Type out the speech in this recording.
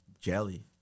jelly